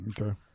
Okay